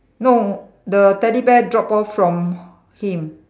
no the Teddy bear dropped off from him